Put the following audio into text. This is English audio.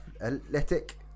athletic